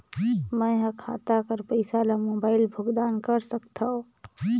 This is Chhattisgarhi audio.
मैं ह खाता कर पईसा ला मोबाइल भुगतान कर सकथव?